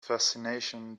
fascination